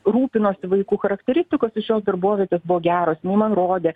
rūpinosi vaiku charakteristikos iš jos darbovietės buvo geros jinai man rodė